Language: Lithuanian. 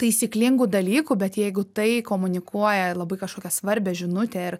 taisyklingų dalykų bet jeigu tai komunikuoja labai kažkokią svarbią žinutę ir